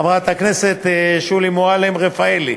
חברת הכנסת שולי מועלם-רפאלי.